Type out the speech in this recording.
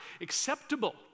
acceptable